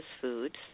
foods